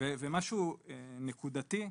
ומשהו נקודתי,